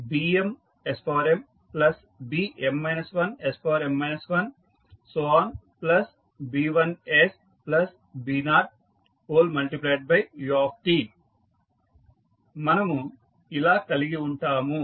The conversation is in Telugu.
a1sa0ytbmsmbm 1sm 1b1sb0ut మనము ఇలా కలిగి ఉంటాము